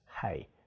hey